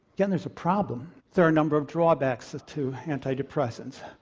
again there's a problem, there are a number of drawbacks to antidepressants.